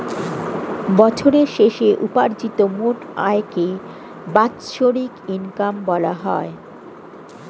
বছরের শেষে উপার্জিত মোট আয়কে বাৎসরিক ইনকাম বলা হয়